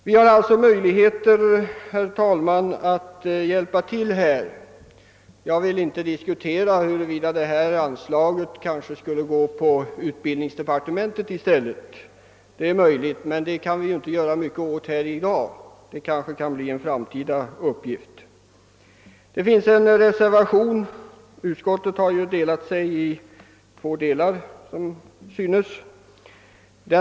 Vi har alltså möjlighet att hjälpa stiftelsen med finansieringen. Jag skall inte diskutera huruvida 'anslaget kanske i stället skulle gå via utbildningsdepartementet — den saken kan vi i varje fall inte göra mycket åt i dag; det kanske kan bli en framtida uppgift. Utskottet. har som synes - delat sig i två delar.